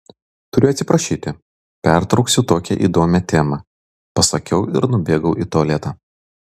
turiu atsiprašyti pertrauksiu tokią įdomią temą pasakiau ir nubėgau į tualetą